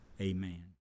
amen